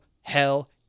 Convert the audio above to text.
hell